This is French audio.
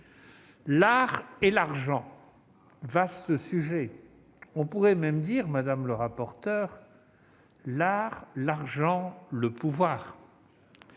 l'art et l'argent : vaste sujet ! Ah ! On pourrait même dire, madame le rapporteur : l'art, l'argent, le pouvoir